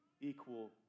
equal